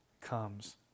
comes